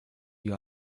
you